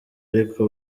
ariko